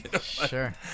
sure